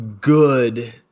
good